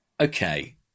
Okay